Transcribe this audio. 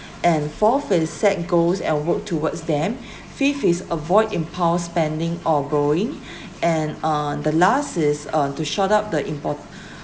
and fourth is set goals and work towards them fifth is avoid impulse spending or borrowing and on the last is uh to shut up the import~